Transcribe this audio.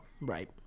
Right